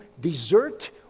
desert